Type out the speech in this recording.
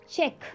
Check